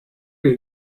bir